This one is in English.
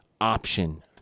option